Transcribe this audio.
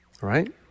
right